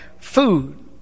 Food